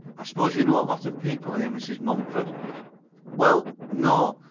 i suppose you know a lot of people here, mrs. mumford well no.